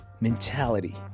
mentality